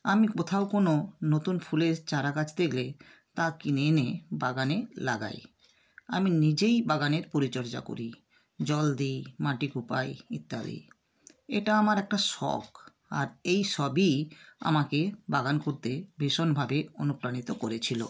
আমি কোথাও কোনও নতুন ফুলের চারাগাছ দেখলে তা কিনে এনে বাগানে লাগাই আমি নিজেই বাগানের পরিচর্যা করি জল দিই মাটি কোপাই ইত্যাদি এটা আমার একটা শখ আর এই সবই আমাকে বাগান করতে ভীষণভাবে অনুপ্রাণিত করেছিল